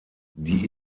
die